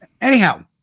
Anyhow